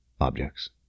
objects